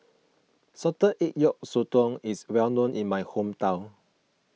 Salted Egg Yolk Sotong is well known in my hometown